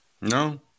No